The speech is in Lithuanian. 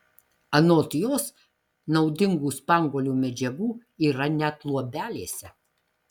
anot jos naudingų spanguolių medžiagų yra net luobelėse